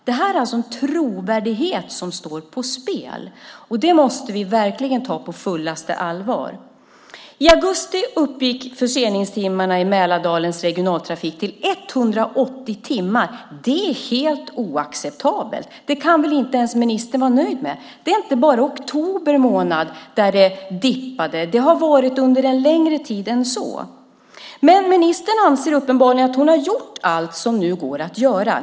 Det är trovärdighet som står på spel, och det måste vi verkligen ta på fullaste allvar. I augusti uppgick förseningstimmarna i Mälardalens regionaltrafik till 180 timmar. Det är helt oacceptabelt. Det kan väl inte ens ministern vara nöjd med? Det är inte bara oktober månad då det har dippat. Det har varit så under längre tid än så. Men ministern anser uppenbarligen att hon har gjort allt som nu går att göra.